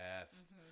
best